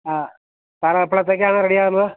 ആ സാർ എപ്പോഴത്തേക്കാണ് റെഡി ആകുന്നത്